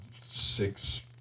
six